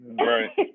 Right